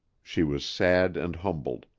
she was sad and humbled.